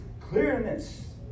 clearness